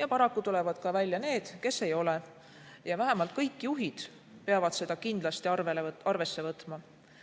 ja paraku tulevad välja ka need, kes ei ole. Vähemalt kõik juhid peavad seda kindlasti arvesse võtma.